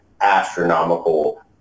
astronomical